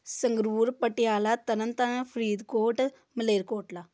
Sangrur Patiala Tarn Taran Faridkot Malerkotla